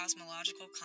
cosmological